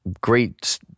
great